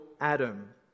Adam